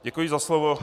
Děkuji za slovo.